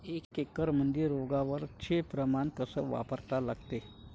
एक एकरमंदी रोगर च प्रमान कस वापरा लागते?